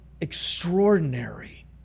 extraordinary